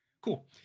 cool